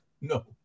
no